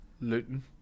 Luton